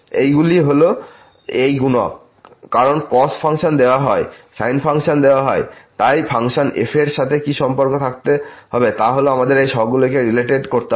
এইগুলি হল এই গুণক কারণ cos ফাংশন দেওয়া হয় সাইন ফাংশন দেওয়া হয় তাই ফাংশন f এর সাথে কি সম্পর্ক থাকতে হবে তা হল আমাদের এই সহগগুলিকে রিলেটেড করতে হবে